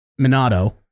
Minato